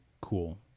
cool